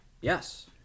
Yes